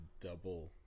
double